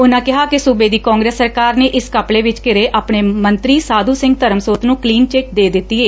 ਉਨੁਾਂ ਕਿਹਾ ਕਿ ਸੁਬੇ ਦੀ ਕਾਂਗਰਸ ਸਰਕਾਰ ਨੇ ਇਸ ਘੁਬਲੇ ਵਿਚ ਘਿਰੇ ਆਪਣੇ ਮੰਤਰੀ ਸਾਧੂ ਸਿੰਘ ਧਰਮਸੋਤ ਨੂੰ ਕਲੀਨ ਚਿੱਟ ਦੇ ਦਿੱਤੀ ਏ